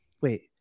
wait